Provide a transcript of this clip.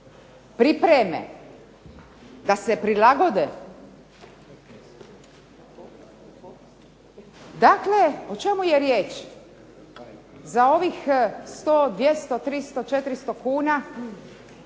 pripreme, da se prilagode, dakle o čemu je riječ? Za ovih 100, 200, 300, 400 kuna